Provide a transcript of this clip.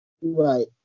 Right